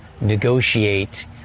negotiate